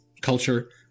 culture